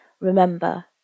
remember